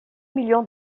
millions